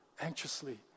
anxiously